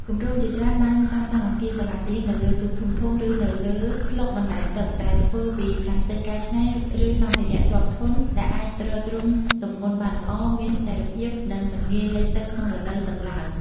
គម្រោងជាច្រើនបានសាងសង់អគារសាលារៀននៅលើទូកធំៗ ឬនៅលើប្លុកអណ្តែតទឹកដែលធ្វើពីប្លាស្ទិកកែច្នៃ ឬសម្ភារៈជាប់ធន់ ដែលអាចទ្រទ្រង់ទម្ងន់បានល្អ មានស្ថិរភាព និងមិនងាយលិចទឹកក្នុងរដូវទឹកឡើង។